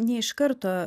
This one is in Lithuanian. ne iš karto